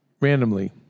randomly